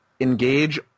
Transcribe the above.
engage